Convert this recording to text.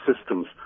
systems